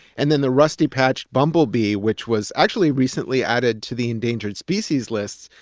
and then the rusty patched bumblebee, which was actually recently added to the endangered species lists.